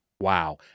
Wow